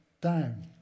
down